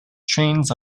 trains